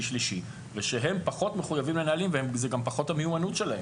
שלישי ושהם פחות מחויבים לנהלים וזה גם פחות המיומנות שלהם.